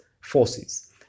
forces